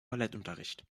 ballettunterricht